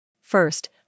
First